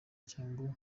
cyangwa